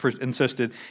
insisted